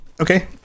okay